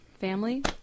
Family